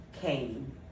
came